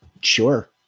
sure